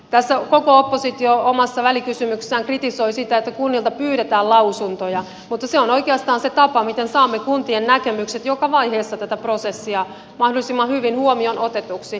tässä koko oppositio omassa välikysymyksessään kritisoi sitä että kunnilta pyydetään lausuntoja mutta se on oikeastaan se tapa miten saamme kuntien näkemykset joka vaiheessa tätä prosessia mahdollisimman hyvin huomioon otetuiksi